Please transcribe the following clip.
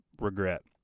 regret